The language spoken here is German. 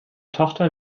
tochter